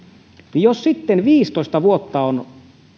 että jos viisitoista vuotta on